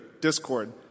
discord